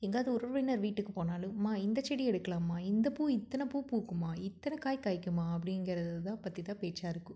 எங்காவது உறவினர் வீட்டுக்குப் போனாலும் அம்மா இந்தச் செடி எடுக்கலாம்மா இந்தப் பூ இத்தனை பூ பூக்கும்மா இத்தனை காய் காய்க்கும்மா அப்படிங்கிறது தான் பற்றி தான் பேச்சாக இருக்கும்